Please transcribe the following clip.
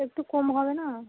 একটু কম হবে না